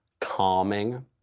calming